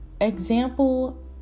example